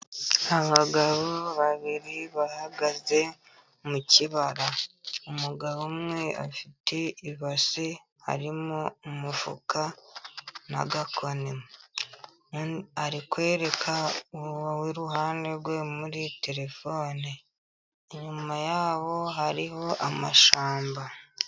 Abagabo babiri bahagaze mu kibara, umugabo umwe afite ibase harimo umufuka n'agakoni, ari kwereka uwo w'iruhande rwe muri telefone, inyuma yaho hariho amashyamba.